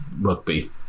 rugby